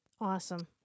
Awesome